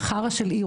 "חרא של עיר",